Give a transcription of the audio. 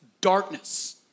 darkness